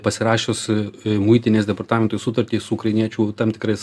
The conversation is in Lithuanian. pasirašius muitinės departamentui sutartį su ukrainiečių tam tikrais